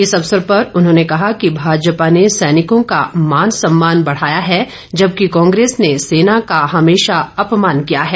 इस अवसर पर उन्होंने कहा कि भाजपा ने सैनिकों का मान सम्मान बढ़ाया है जबकि कांग्रेस ने सेना का हमेशा अपमान किया है